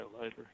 later